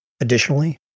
Additionally